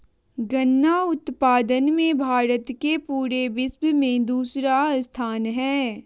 गन्ना उत्पादन मे भारत के पूरे विश्व मे दूसरा स्थान हय